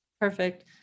perfect